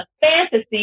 fantasy